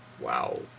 wow